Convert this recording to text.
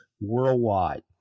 worldwide